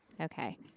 Okay